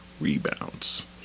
rebounds